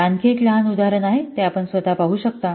तर आणखी एक लहान उदाहरण आहे हे आपण स्वतः पाहू शकता